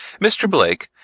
mr. blake,